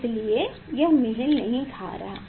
इसलिए यह मेल नहीं खा रहा है